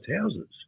houses